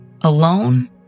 alone